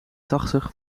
tachtig